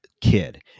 kid